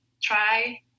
try